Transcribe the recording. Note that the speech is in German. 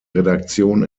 redaktion